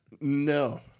No